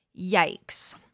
Yikes